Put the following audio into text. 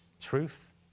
Truth